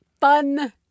fun